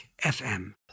FM